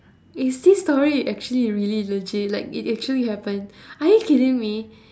is this story actually really legit like it actually happened are you kidding me